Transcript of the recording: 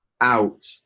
out